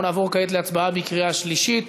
אנחנו נעבור כעת להצבעה בקריאה שלישית.